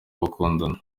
bakundana